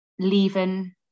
leaving